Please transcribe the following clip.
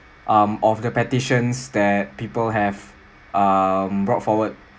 um of the petitions that people have um brought forward